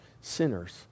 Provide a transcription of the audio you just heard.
sinners